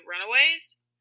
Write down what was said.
Runaways